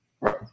Right